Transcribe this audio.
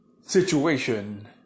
situation